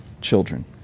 children